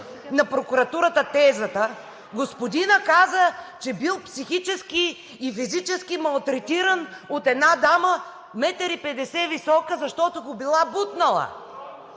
на прокуратурата тезата, господинът каза, че бил психически и физически малтретиран от една дама метър и 50 висока, защото го била бутнала,